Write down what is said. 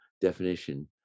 definition